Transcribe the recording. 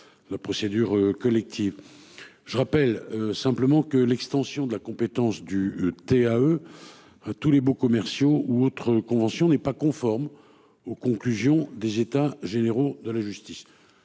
La procédure collective. Je rappelle simplement que l'extension de la compétence du TA eux. À tous les baux commerciaux ou autres convention n'est pas conforme aux conclusions des états généraux de la justice.